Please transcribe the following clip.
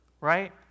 right